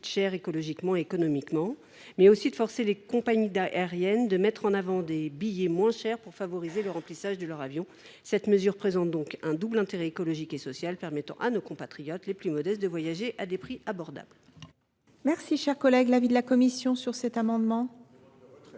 cher écologiquement et économiquement, et de forcer les compagnies aériennes à mettre en vente des billets moins chers pour favoriser le remplissage de leurs avions. Une telle mesure présente donc un double intérêt écologique et social, permettant à nos compatriotes les plus modestes de voyager à des prix abordables. Quel est l’avis de la commission ? Demande